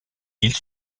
ils